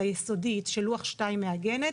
היסודית שלוח2 מעגנת,